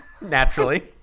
Naturally